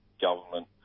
government